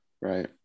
right